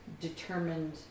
determined